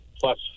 plus